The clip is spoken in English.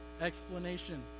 explanation